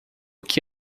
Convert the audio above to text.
que